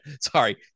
sorry